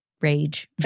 rage